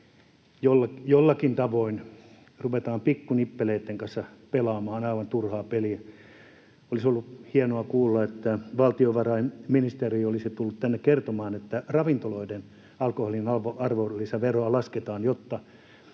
jollakin tavoin ruvetaan pikkunippeleitten kanssa pelaamaan aivan turhaa peliä. [Petri Huru: Ei ole muuta tekemistä!] Olisi ollut hienoa kuulla, että valtiovarainministeri olisi tullut tänne kertomaan, että ravintoloiden alkoholin arvonlisäveroa lasketaan, jotta